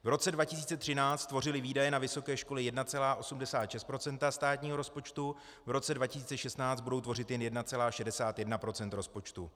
V roce 2013 tvořily výdaje na vysoké školy 1,86 % státního rozpočtu, v roce 2016 budou tvořit jen 1, 61 % rozpočtu.